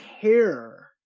care